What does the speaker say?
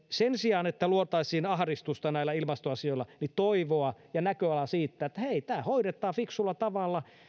sen sijaan että luotaisiin ahdistusta näillä ilmastoasioilla rakennetaan ihmisille toivoa ja näköala siitä että hei tämä hoidetaan fiksulla tavalla